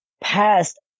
past